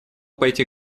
пойти